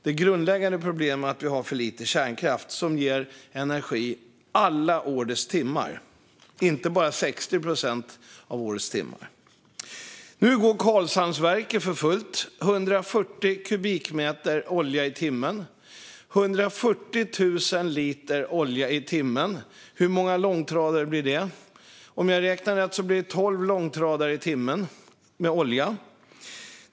Det grundläggande problemet är att det finns för lite kärnkraft som ger energi alla årets timmar, inte bara 60 procent av årets timmar. Nu går Karlshamnsverket för fullt med 140 kubikmeter olja i timmen, det vill säga 140 000 liter olja i timmen. Hur många långtradare blir det? Om jag räknar rätt blir det 12 långtradare i timmen med olja.